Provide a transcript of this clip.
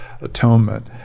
atonement